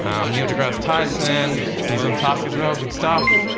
um the other graph's tyson, he's on task as well, good stuff. oh,